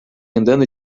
andando